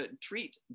treat